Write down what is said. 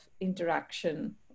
interaction